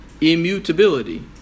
immutability